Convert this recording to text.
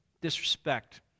Disrespect